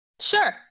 Sure